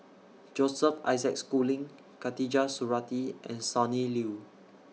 Joseph Isaac Schooling Khatijah Surattee and Sonny Liew